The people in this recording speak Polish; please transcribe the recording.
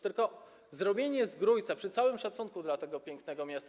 Tylko zrobienie z Grójca, przy całym szacunku dla tego pięknego miasta.